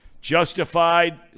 Justified